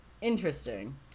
Interesting